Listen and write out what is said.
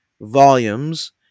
volumes